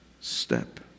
step